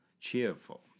cheerful